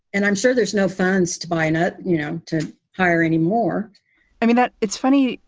and i'm sure there's no funds to buy, not you know to hire anymore i mean that it's funny,